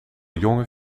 jonge